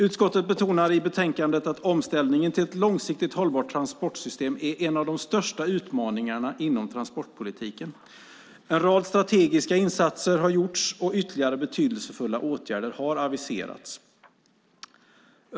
Utskottet betonar i betänkandet att omställningen till ett långsiktigt hållbart transportsystem är en av de största utmaningarna inom transportpolitiken. En rad strategiska insatser har gjorts, och ytterligare betydelsefulla åtgärder har aviserats.